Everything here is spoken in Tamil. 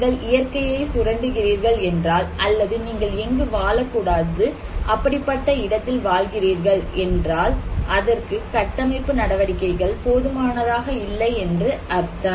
நீங்கள் இயற்கையை சுரண்டுகிறீர்கள் என்றால் அல்லது நீங்கள் எங்கு வாழக்கூடாது அப்படிப்பட்ட ஒரு இடத்தில் வாழ்கிறீர்கள் என்றால் அதற்கு கட்டமைப்பு நடவடிக்கைகள் போதுமானதாக இல்லை என்று அர்த்தம்